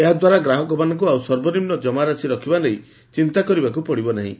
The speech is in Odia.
ଏହା ଦ୍ୱାରା ଗ୍ରାହକମାନଙ୍ଙୁ ଆଉ ସର୍ବନିମ୍ନ ଜମାରାଶି ରଖିବା ନେଇ ଚିନ୍ତା କରିବାକୁ ପଡ଼ିବ ନାହିଁ